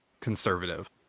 conservative